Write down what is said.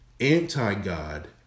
anti-God